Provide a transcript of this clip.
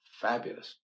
fabulous